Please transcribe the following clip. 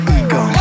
ego